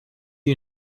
you